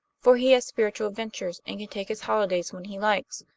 for he has spiritual adventures, and can take his holidays when he likes.